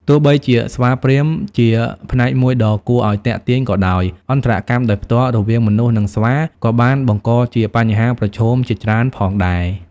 ទោះបីជាស្វាព្រាហ្មណ៍ជាផ្នែកមួយដ៏គួរឱ្យទាក់ទាញក៏ដោយ អន្តរកម្មដោយផ្ទាល់រវាងមនុស្ស និងស្វាក៏បានបង្កជាបញ្ហាប្រឈមជាច្រើនផងដែរ។